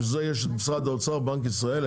בשביל זה יש את משרד האוצר ובנק ישראל,